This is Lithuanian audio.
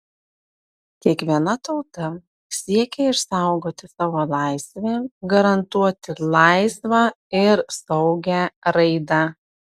kiekviena tauta siekia išsaugoti savo laisvę garantuoti laisvą ir saugią raidą